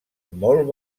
molt